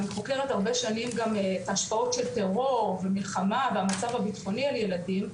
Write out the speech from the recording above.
אני חוקרת הרבה שנים גם השפעות של טרור ומלחמה והמצב הביטחוני על ילדים,